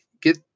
get